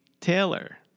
Taylor